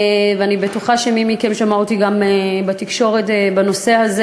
ואני בטוחה שמי מכם שמע אותי גם בתקשורת בנושא הזה.